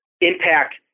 impact